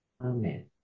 Amen